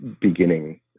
beginning